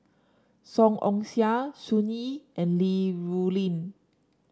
Song Ong Siang Sun Yee and Li Rulin